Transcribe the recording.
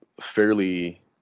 fairly